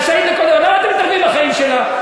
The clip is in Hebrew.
למה אתם מתערבים בחיים שלה?